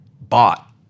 bought